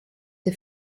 the